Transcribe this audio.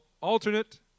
alternate